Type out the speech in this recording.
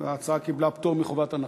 ההצעה קיבלה פטור מחובת הנחה.